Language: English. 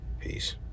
Peace